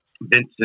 Vincent